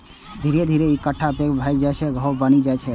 धीरे धीरे ई गांठ पैघ भए जाइ आ घाव बनि जाइ छै